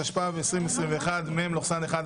התשפ"ב 2021 (מ/1449),